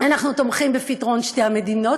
אנחנו תומכים בפתרון שתי המדינות,